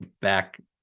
back